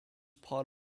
part